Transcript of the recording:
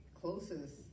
closest